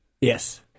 Yes